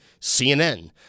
CNN